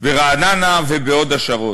ברעננה ובהוד-השרון,